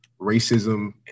racism